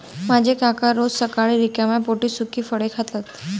माझे काका रोज सकाळी रिकाम्या पोटी सुकी फळे खातात